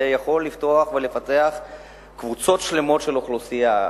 וזה יכול לפתוח ולפתח קבוצות שלמות של אוכלוסייה.